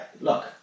look